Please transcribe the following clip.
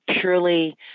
purely